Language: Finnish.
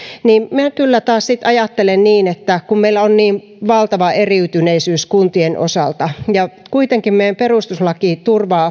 että minä kyllä sitten taas ajattelen niin että kun meillä on niin valtava eriytyneisyys kuntien osalta ja kuitenkin meidän perustuslakimme